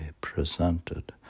presented